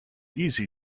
easy